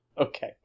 okay